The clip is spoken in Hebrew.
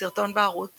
סרטון בערוץ